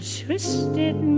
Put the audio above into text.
twisted